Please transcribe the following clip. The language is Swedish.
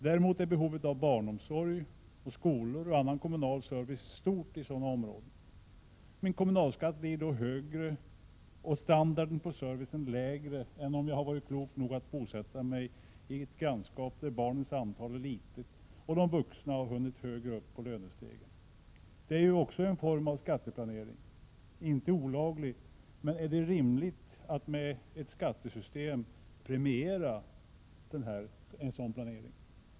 Däremot är behovet av barnomsorg, skolor och annan kommunal service stort i sådana områden. Min kommunalskatt blir då högre och standarden på servicen lägre än om jag har varit klok nog att bosätta mig i ett grannskap där barnens antal är litet och de vuxna har hunnit högre upp på lönestegen. Det är ju också en form av skatteplanering. Den är inte olaglig. Men är det rimligt att med skattesystemet premiera en sådan planering?